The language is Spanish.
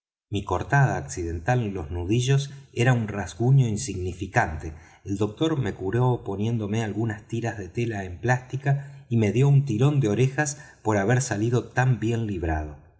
mi cortada accidental en los nudillos era un rasguño insignificante el doctor me curó poniéndome algunas tiras de tela emplástica y me dió un tirón de orejas por haber salido tan bien librado